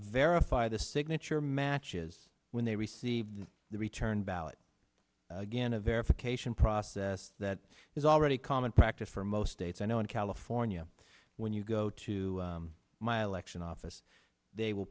verify the signature matches when they received the return ballot again a verification process that is already common practice for most states i know in california when you go to my election office they will